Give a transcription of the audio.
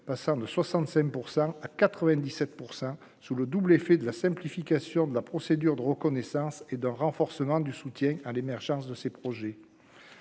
passant de 65 % à 97 % sous le double effet de la simplification de la procédure de reconnaissance et d'un renforcement du soutien à l'émergence de ces projets